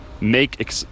make